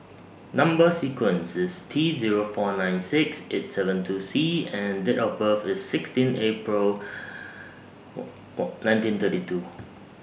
Number sequence IS T Zero four nine six eight seven two C and Date of birth IS sixteen April nineteen thirty two